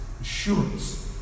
assurance